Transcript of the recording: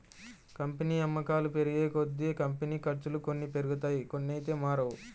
company అమ్మకాలు పెరిగేకొద్దీ, company ఖర్చులు కొన్ని పెరుగుతాయి కొన్నైతే మారవు